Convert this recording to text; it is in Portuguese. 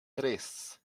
três